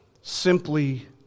simply